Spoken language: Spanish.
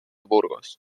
burgos